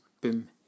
boom